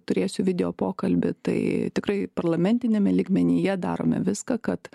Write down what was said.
turėsiu video pokalbį tai tikrai parlamentiniame lygmenyje darome viską kad